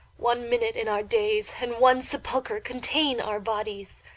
one minute and our days, and one sepulchre contain our bodies!